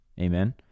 Amen